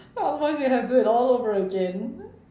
once you have to do it all over again